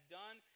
done